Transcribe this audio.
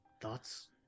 thoughts